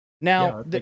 now